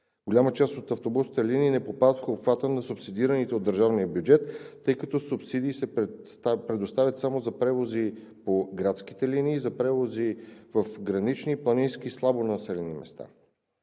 Голяма част от автобусните линии не попадат в обхвата на субсидираните от държавния бюджет, тъй като субсидии се предоставят само за превози по градските линии, за превози в гранични и планински слабонаселени места.